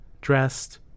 dressed